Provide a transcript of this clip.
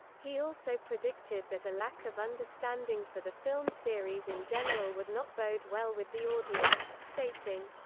he also predicted that a lack of understanding for the film series in general would not bode well with the audience, stating,